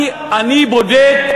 אני לא מאמין.